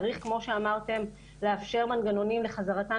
צריך כמו שאמרתם לאפשר מנגנונים לחזרתן